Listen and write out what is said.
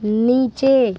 नीचे